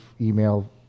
email